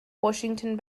washington